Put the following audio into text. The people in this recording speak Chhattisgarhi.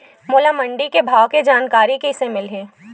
मोला मंडी के भाव के जानकारी कइसे मिलही?